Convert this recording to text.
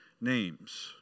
names